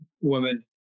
women